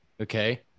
okay